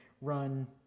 run